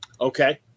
Okay